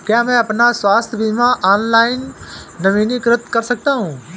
क्या मैं अपना स्वास्थ्य बीमा ऑनलाइन नवीनीकृत कर सकता हूँ?